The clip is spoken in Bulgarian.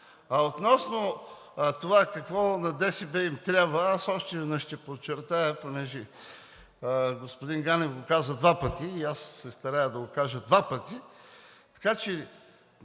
А относно това какво на БСП им трябва, аз още веднъж ще подчертая, понеже господин Ганев го каза два пъти и аз се старая да го кажа два пъти, така че